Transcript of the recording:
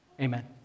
Amen